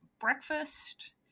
breakfast